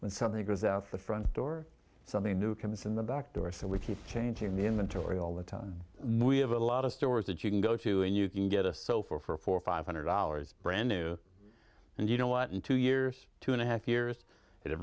when something goes out the front door something new comes in the back door so we keep changing the inventory all the time we have a lot of stores that you can go to and you can get a sofa for four five hundred dollars brand new and you know what in two years two and a half years it